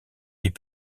est